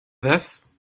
this